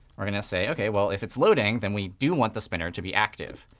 we're going to say, ok, well, if it's loading, then we do want the spinner to be active.